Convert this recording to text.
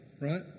right